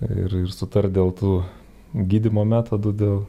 ir ir sutart dėl tų gydymo metodų dėl